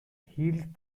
healed